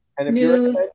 news